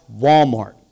Walmart